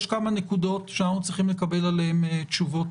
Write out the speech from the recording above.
יש כמה נקודות שאנחנו צריכים לקבל עליהן תשובות